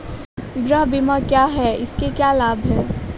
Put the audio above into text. गृह बीमा क्या है इसके क्या लाभ हैं?